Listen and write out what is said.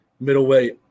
middleweight